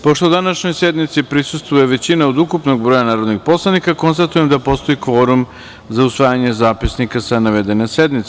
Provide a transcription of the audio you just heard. Pošto današnjoj sednici prisustvuje većina od ukupnog broja narodnih poslanika, konstatujem da postoji kvorum za usvajanje zapisnika sa navedene sednice.